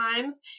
times